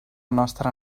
nostra